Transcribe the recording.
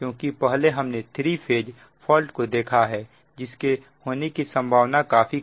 क्योंकि पहले हमने थ्री फेज फॉल्ट को देखा है जिसके होने की संभावना काफी कम है